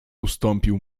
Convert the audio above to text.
ustąpił